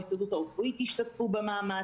ההסתדרות הרפואית תשתתף במאמץ.